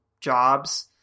jobs